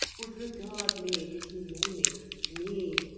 would regard me did he know me me,